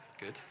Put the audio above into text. Good